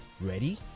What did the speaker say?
Ready